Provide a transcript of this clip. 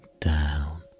down